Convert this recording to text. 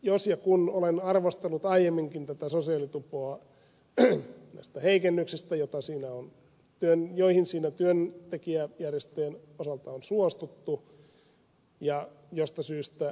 jos ja kun olen arvostellut aiemminkin tätä sosiaalitupoa näistä heikennyksistä joihin siinä työntekijäjärjestöjen osalta on suostuttu mistä syystä erityisesti ed